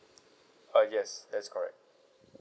uh yes that's correct